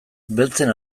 beltzen